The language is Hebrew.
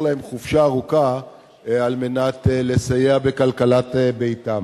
להם חופשה ארוכה על מנת לסייע בכלכלת ביתם.